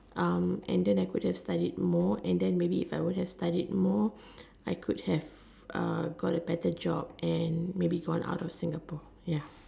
um and then I could have studied more and then maybe if I would have studied more I could have got a better job and maybe gone out of Singapore ya